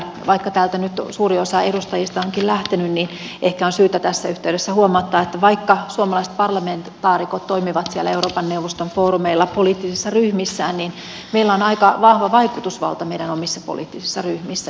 vaikka täältä nyt suuri osa edustajista onkin lähtenyt niin ehkä on syytä tässä yhteydessä huomauttaa että vaikka suomalaiset parlamentaarikot toimivat siellä euroopan neuvoston foorumeilla poliittisissa ryhmissään niin meillä on aika vahva vaikutusvalta meidän omissa poliittisissa ryhmissä